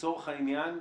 לצורך העניין,